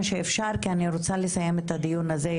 שאפשר כי אני רוצה לסיים את הדיון הזה.